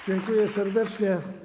Dziękuję serdecznie.